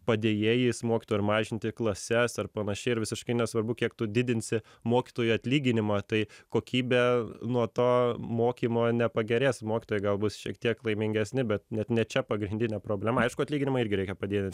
padėjėjais mokytojui ar mažinti klases ar panašiai ir visiškai nesvarbu kiek tu didinsi mokytojų atlyginimą tai kokybė nuo to mokymo nepagerės mokytojai gal bus šiek tiek laimingesni bet net ne čia pagrindinė problema aišku atlyginimą irgi reikia padidint